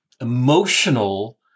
emotional